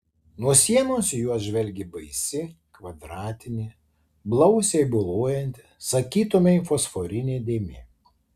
nuo sienos į juos žvelgė baisi kvadratinė blausiai boluojanti sakytumei fosforinė dėmė